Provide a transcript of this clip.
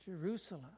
Jerusalem